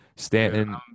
Stanton